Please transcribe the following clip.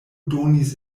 donis